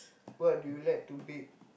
what do you like to bake